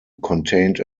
contained